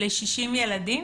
ל-60 ילדים?